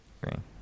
green